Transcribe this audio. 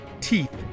teeth